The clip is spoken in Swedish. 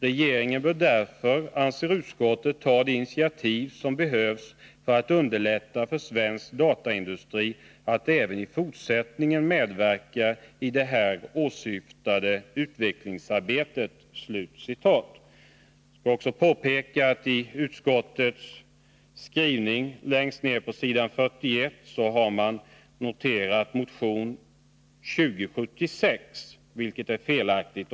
Regeringen bör därför, anser utskottet, ta de initiativ som behövs för att underlätta för svensk dataindustri att även i fortsättningen medverka i det här åsyftade utvecklingsarbetet.” Jag vill också påpeka att i utskottets skrivning längst ner på s. 41 har noterats motion 2076, vilket är felaktigt.